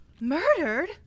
Murdered